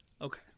okay